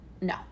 No